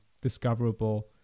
discoverable